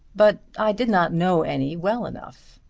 but i did not know any well enough.